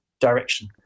direction